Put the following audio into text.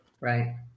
Right